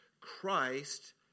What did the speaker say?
Christ